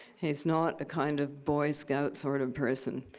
he's not a kind of boy scout sort of person.